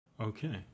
Okay